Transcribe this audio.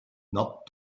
not